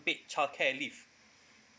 paid childcare leave